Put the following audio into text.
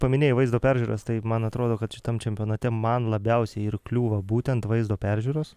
paminėjai vaizdo peržiūras tai man atrodo kad šitam čempionate man labiausiai ir kliūva būtent vaizdo peržiūros